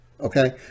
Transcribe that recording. Okay